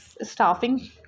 staffing